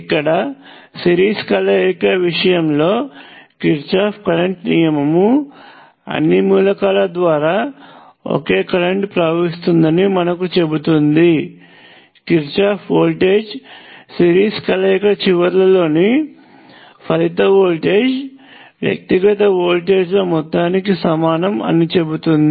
ఇక్కడ సిరీస్ కలయిక విషయంలో కిర్చాఫ్ కరెంట్ నియమము అన్ని మూలకాల ద్వారా ఒకే కరెంట్ ప్రవహిస్తుందని మనకు చెబుతుంది కిర్చాఫ్ వోల్టేజ్ నియమం సిరీస్ కలయిక చివరల్లోని ఫలిత వోల్టేజ్ వ్యక్తిగత వోల్టేజ్ల మొత్తానికి సమానం అని చెబుతుంది